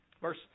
Verse